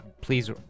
please